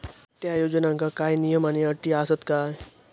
त्या योजनांका काय नियम आणि अटी आसत काय?